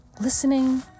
listening